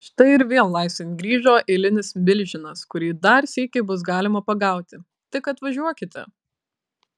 štai ir vėl laisvėn grįžo eilinis milžinas kurį dar sykį bus galima pagauti tik atvažiuokite